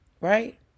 right